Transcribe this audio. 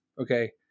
okay